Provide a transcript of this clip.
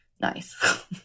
nice